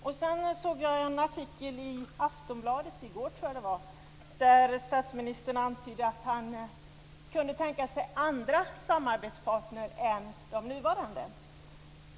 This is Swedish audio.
Jag såg en artikel i Aftonbladet, jag tror att det var i går, där statsministern antydde att han kunde tänka sig andra samarbetspartner än de nuvarande.